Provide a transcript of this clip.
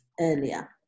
earlier